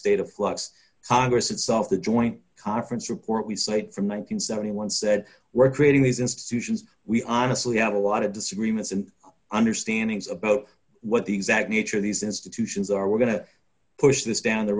state of flux congress itself the joint conference report we cite from one thousand and seventy one said we're creating these institutions we honestly have a lot disagreements and understanding about what the exact nature of these institutions are we're going to push this down the